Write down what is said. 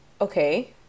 okay